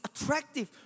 attractive